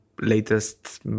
latest